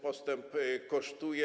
Postęp kosztuje.